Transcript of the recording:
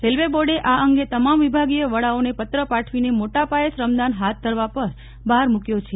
railway બોર્ડે આ અંગે તમામ વિભાગીય વડાઓને પત્ર પાઠવીને મોટા પાયે શ્રમદાન હાથ ધરવા પર ભાર મુક્યો છે